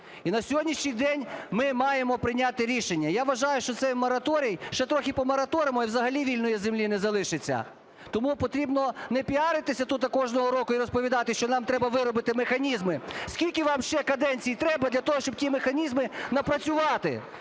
І на сьогоднішній день ми маємо прийняти рішення. Я вважаю, що цей мораторій ще трохи помораторимо, і взагалі вільної землі не залишиться. Тому потрібно не піаритися тут кожного року і розповідати, що нам треба виробити механізми… Скільки вам ще каденцій треба для того, щоб ті механізми напрацювати